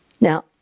Now